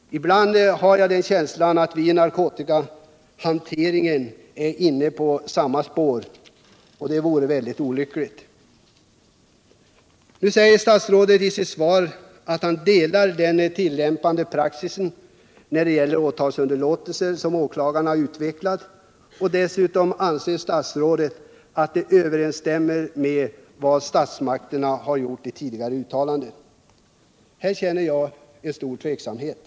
Ibland får man en känsla av att vi är inne på samma spår när det gäller narkotikahanteringen. Det vore mycket olyckligt. Statsrådet säger i sitt svar att han stöder den praxis som åklagarna har utvecklat när det gäller åtalsunderlåtelser. Dessutom anser statsrådet att den överensstämmer med statsmakternas tidigare uttalanden. På den punkten känner jag stor tveksamhet.